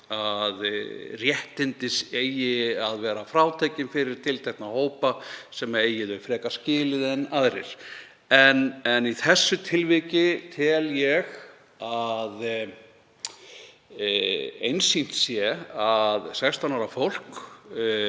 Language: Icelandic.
að réttindi eigi að vera frátekin fyrir tiltekna hópa sem eigi þau frekar skilið en aðrir. En í þessu tilviki tel ég einsýnt að 16 ára fólk